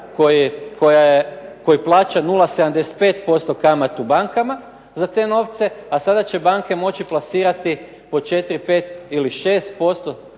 koji plaća 0,75% kamatu bankama za te novce, a sada će banke moći plasirati po 4, 5 ili 6%